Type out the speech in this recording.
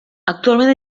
actualment